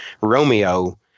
Romeo